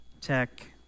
tech